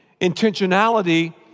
intentionality